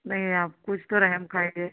नहीं आप कुछ तो रहम खाईए